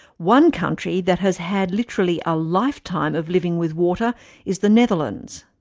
one country that has had literally a lifetime of living with water is the netherlands.